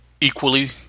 equally